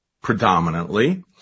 predominantly